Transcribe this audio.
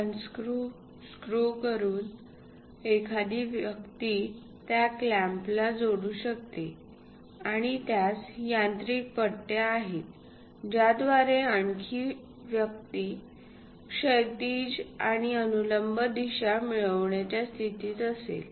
अनक्रूव्ह screw करून एखादी व्यक्ती त्या क्लॅम्पला जोडू शकते आणि त्यास यांत्रिक पट्ट्या आहेत ज्याद्वारे एखादी व्यक्ती क्षैतिज आणि अनुलंब दिशा मिळविण्या च्या स्थितीत असेल